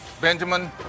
Benjamin